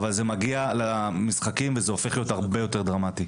אבל זה מגיע למשחקים וזה הופך להיות הרבה יותר דרמטי.